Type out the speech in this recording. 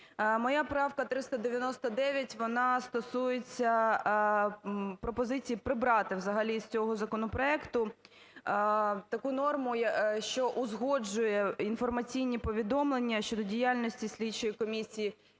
Моя правка 399, вона стосується пропозиції прибрати взагалі з цього законопроекту таку норму, що узгоджує інформаційні повідомлення щодо діяльності слідчої комісії